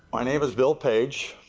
my name bill page.